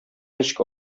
ничек